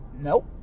Nope